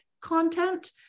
content